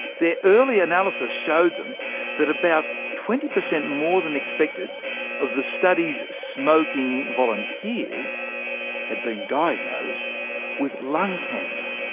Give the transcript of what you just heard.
their early analysis showed them that about twenty per cent more than expected of the study's smoking volunteers had been diagnosed with lung cancer.